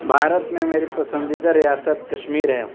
بھارت میں میری پسندیدہ ریاست کشمیر ہے